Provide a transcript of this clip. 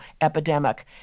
epidemic